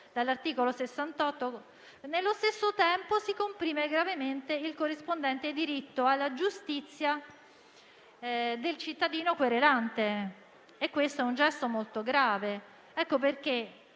della Costituzione, nello stesso tempo, si comprime gravemente il corrispondente diritto alla giustizia del cittadino querelante e questo è un gesto molto grave. Ecco perché